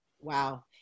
Wow